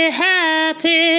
happy